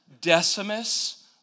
Decimus